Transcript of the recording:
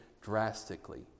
drastically